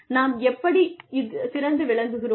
நாம் எப்படிச் சிறந்து விளங்குகிறோம்